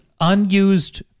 unused